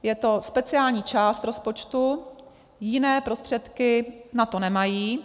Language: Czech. Je to speciální část rozpočtu, jiné prostředky na to nemají.